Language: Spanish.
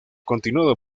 continuado